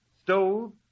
stove